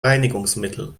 reinigungsmittel